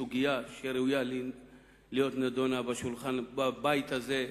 סוגיה שראויה להידון בבית הזה,